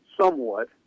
somewhat